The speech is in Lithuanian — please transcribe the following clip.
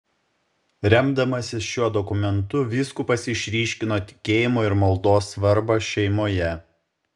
remdamasis šiuo dokumentu vyskupas išryškino tikėjimo ir maldos svarbą šeimoje